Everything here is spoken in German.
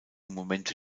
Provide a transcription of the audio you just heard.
momente